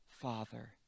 Father